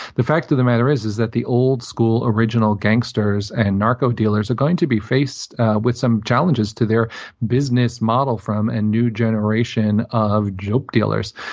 the fact of the matter is is that the old-school original gangsters and narco dealers are going to be faced with some challenges to their business model from a new generation of joke dealers.